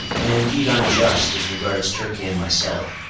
and indeed unjust, as regards turkey and myself.